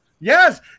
Yes